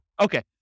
Okay